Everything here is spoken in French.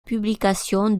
publication